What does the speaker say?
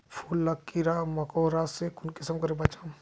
फूल लाक कीड़ा मकोड़ा से कुंसम करे बचाम?